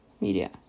Media